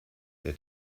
der